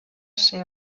ser